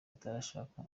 atarashaka